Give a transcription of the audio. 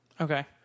Okay